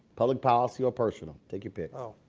public policy or personal. take your pick.